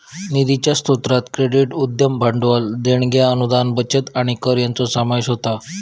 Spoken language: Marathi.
निधीच्या स्रोतांत क्रेडिट, उद्यम भांडवल, देणग्यो, अनुदान, बचत आणि कर यांचो समावेश होता